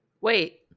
Wait